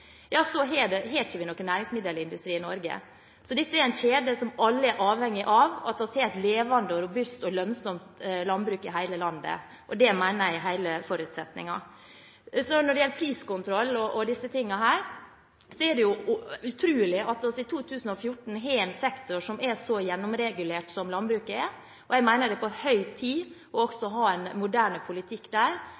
ikke noen næringsmiddelindustri i Norge. Så dette er en kjede som alle er avhengig av – at vi har et levende og robust og lønnsomt landbruk i hele landet – og det mener jeg er hele forutsetningen. Når det gjelder priskontroll og disse tingene, er det jo utrolig at vi i 2014 har en sektor som er så gjennomregulert som landbruket. Jeg mener det er på høy tid å ha en moderne politikk også